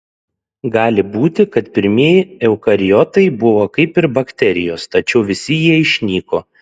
gali būti kad pirmieji eukariotai buvo kaip ir bakterijos tačiau visi jie išnyko